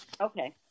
okay